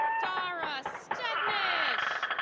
dara stetnish.